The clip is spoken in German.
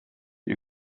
ihr